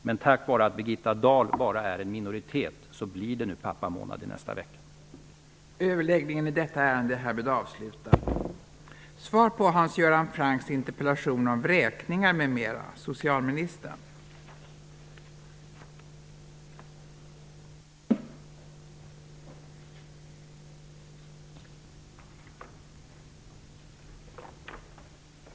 Men tack vare att Birgitta Dahl representerar en minoritet blir det nu i nästa vecka en pappamånad.